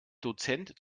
dozent